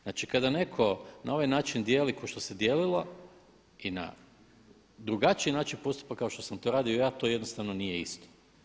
Znači kada neko na ovaj način dijeli ko što se dijelilo i na drugačiji način postupa kao što sam to radio ja, to jednostavno nije isto.